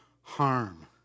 harm